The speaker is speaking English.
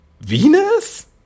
Venus